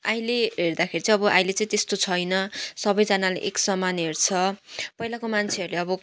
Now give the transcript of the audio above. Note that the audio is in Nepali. अहिले हेर्दाखेरि चाहिँ अब अहिले चाहिँ त्यस्तो छैन सबैजनाले एक समान हेर्छ पहिलाको मान्छेहरूले अब